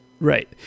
Right